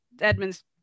edmund's